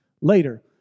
later